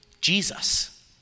Jesus